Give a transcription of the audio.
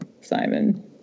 Simon